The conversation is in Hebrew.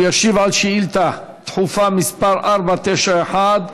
הוא ישיב על שאילתה דחופה מס' 491,